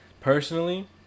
Personally